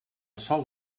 sol